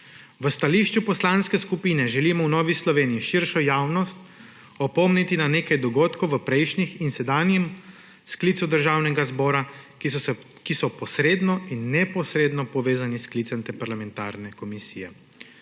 V stališču poslanke skupine želimo v Novi Sloveniji širšo javnost opomniti na nekaj dogodkov v prejšnjih in sedanjem sklicu Državnega zbora, ki so posredno in neposredno povezani s sklicem te parlamentarne komisije.